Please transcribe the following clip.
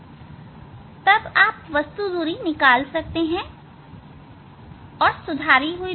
तब आप वस्तु दूरी निकाल सकते हैं और तब सुधारी हुई दूरी भी